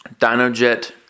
Dinojet